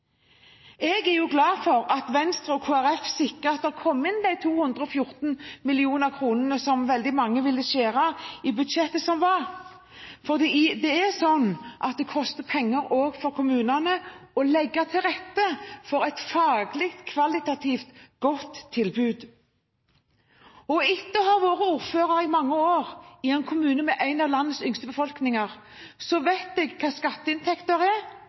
Jeg er glad for at Venstre og Kristelig Folkeparti sikret at 214 mill. kr kom inn i budsjettet som var, som veldig mange ville skjære ned på. For det koster penger for kommunene å legge til rette for et faglig, kvalitativt godt tilbud. Etter å ha vært ordfører i mange år i en kommune med en av landets yngste befolkninger, vet jeg hva skatteinntekter er,